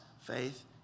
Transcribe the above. faith